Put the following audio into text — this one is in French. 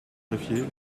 greffiers